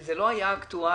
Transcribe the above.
זה לא היה אקטואלי.